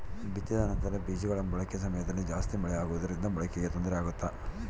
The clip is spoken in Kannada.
ಬಿತ್ತಿದ ನಂತರ ಬೇಜಗಳ ಮೊಳಕೆ ಸಮಯದಲ್ಲಿ ಜಾಸ್ತಿ ಮಳೆ ಆಗುವುದರಿಂದ ಮೊಳಕೆಗೆ ತೊಂದರೆ ಆಗುತ್ತಾ?